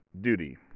duty